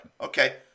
Okay